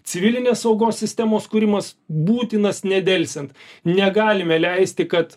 civilinės saugos sistemos kūrimas būtinas nedelsiant negalime leisti kad